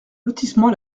lotissement